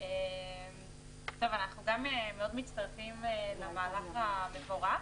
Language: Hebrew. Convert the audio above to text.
אנחנו מאוד מצטרפים למהלך המבורך.